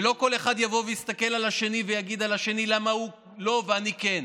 ולא כל אחד יבוא ויסתכל על השני ויגיד על השני: למה הוא לא ואני כן?